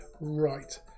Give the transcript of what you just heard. Right